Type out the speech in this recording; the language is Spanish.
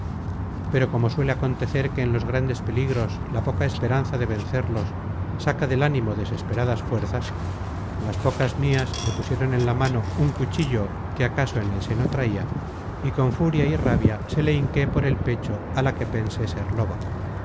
pero como suele acontecer que en los grandes peligros la poca esperanza de vencerlos saca del ánimo desesperadas fuerzas las pocas mias me pusieron en la mano un cuchillo que acaso en el seno traia y con furia y rabia se le hinqué por el pecho á la que pensé ser loba